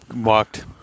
walked